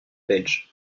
belge